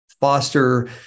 foster